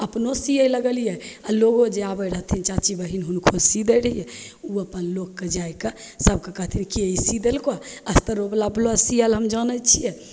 अपनो सिए लागलिए आओर लोको जे आबै रहथिन चाची बहिन हुनको सी दै रहिए ओ अपन लोकके जाके सभकेँ कहथिन के ई सी देलकौ अस्तरोवला ब्लाउज सिएले हम जानै छिए